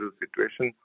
situation